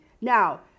Now